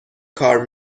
کار